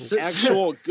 actual